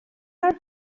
are